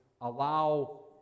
allow